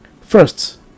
First